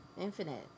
Infinite